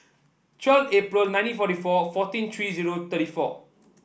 twelve April nineteen forty four fourteen three zero thirty four